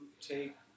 take